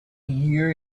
here